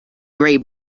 grey